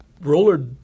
roller